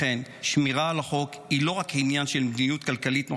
לכן שמירה על החוק היא לא רק עניין של מדיניות כלכלית נוכחית,